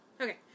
Okay